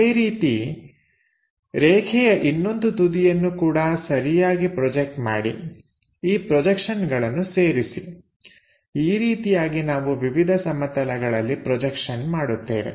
ಅದೇ ರೀತಿ ರೇಖೆಯ ಇನ್ನೊಂದು ತುದಿಯನ್ನು ಕೂಡ ಸರಿಯಾಗಿ ಪ್ರೊಜೆಕ್ಟ್ ಮಾಡಿ ಈ ಪ್ರೊಜೆಕ್ಷನ್ಗಳನ್ನು ಸೇರಿಸಿ ಈ ರೀತಿಯಾಗಿ ನಾವು ವಿವಿಧ ಸಮತಲಗಳಲ್ಲಿ ಪ್ರೊಜೆಕ್ಷನ್ ಮಾಡುತ್ತೇವೆ